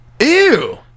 Ew